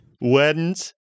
weddings